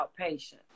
outpatient